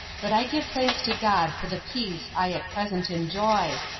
but i give thanks to god for the peace i at present enjoy,